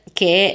che